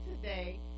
today